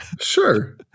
sure